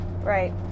Right